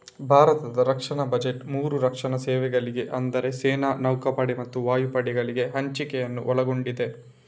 ಭಾರತದ ರಕ್ಷಣಾ ಬಜೆಟ್ ಮೂರು ರಕ್ಷಣಾ ಸೇವೆಗಳಿಗೆ ಅಂದರೆ ಸೇನೆ, ನೌಕಾಪಡೆ ಮತ್ತು ವಾಯುಪಡೆಗಳಿಗೆ ಹಂಚಿಕೆಯನ್ನು ಒಳಗೊಂಡಿದೆ